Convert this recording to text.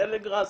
טלגראס,